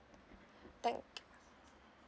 thank